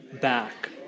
back